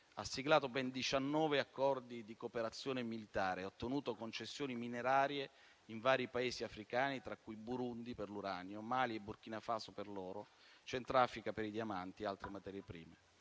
ha siglato ben diciannove accordi di cooperazione militare, ha ottenuto concessioni minerarie in vari Paesi africani: tra cui Burundi per l'uranio, Mali e Burkina Faso per l'oro, Repubblica Centrafricana per i diamanti ed altre materie prime.